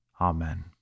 Amen